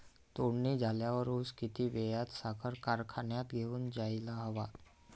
तोडणी झाल्यावर ऊस किती वेळात साखर कारखान्यात घेऊन जायला हवा?